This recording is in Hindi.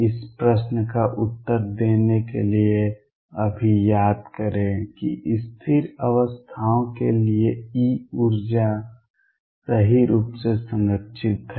इस प्रश्न का उत्तर देने के लिए अभी याद करें कि स्थिर अवस्थाओं के लिए E ऊर्जा सही रूप से संरक्षित है